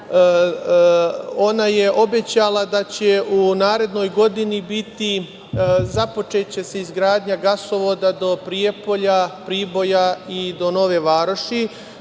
toplanu, obećala je da će u narednoj godini biti započeta izgradnja gasovoda do Prijepolja, Priboja i do Nove Varoši.